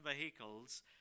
vehicles